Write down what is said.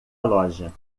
loja